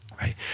right